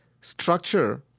structure